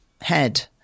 head